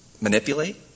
Manipulate